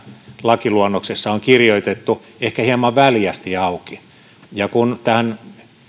lakiluonnoksessa on kirjoitettu ehkä hieman väljästi auki kun näihin